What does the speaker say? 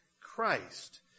Christ